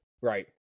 right